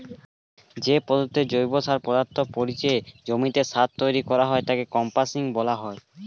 যে পদ্ধতিতে জৈব পদার্থকে পচিয়ে জমিতে সার তৈরি করা হয় তাকে কম্পোস্টিং বলা হয়